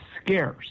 scarce